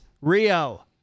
rio